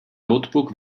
notebook